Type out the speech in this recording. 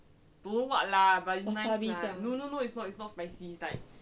wasabi 这样 ah